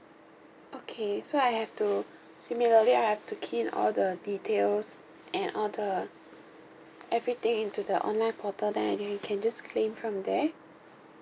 okay so I have to similarly I have to key in all the details and all the everything into the online portal then I can can just claim from there